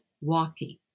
walking